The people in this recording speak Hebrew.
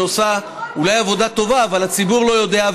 שאולי עושה עבודה טובה אבל הציבור לא יודע,